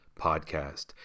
Podcast